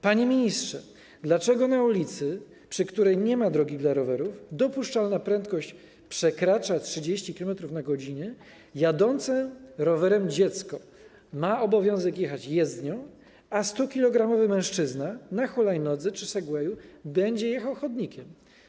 Panie ministrze, dlaczego na ulicy, przy której nie ma drogi dla rowerów, a dopuszczalna prędkość przekracza 30 km/h, jadące rowerem dziecko ma obowiązek jechać jezdnią, a stukilogramowy mężczyzna na hulajnodze czy segwayu będzie jechał chodnikiem?